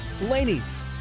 Laney's